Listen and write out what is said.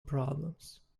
problems